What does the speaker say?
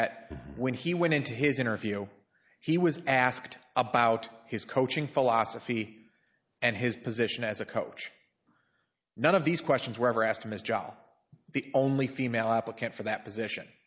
that when he went into his interview he was asked about his coaching philosophy and his position as a coach none of these questions were ever asked him his job the only female applicant for that position